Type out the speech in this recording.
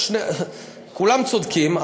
כולם צודקים.